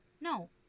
No